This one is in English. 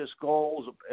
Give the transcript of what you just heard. goals